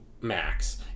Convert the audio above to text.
Max